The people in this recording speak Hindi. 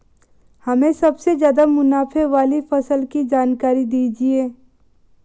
हमें सबसे ज़्यादा मुनाफे वाली फसल की जानकारी दीजिए